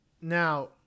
Now